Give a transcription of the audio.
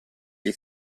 gli